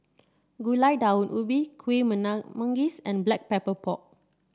Gulai Daun Ubi Kuih Manggis and Black Pepper Pork